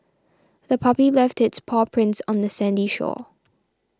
the puppy left its paw prints on the sandy shore